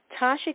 Tasha